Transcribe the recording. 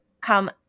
come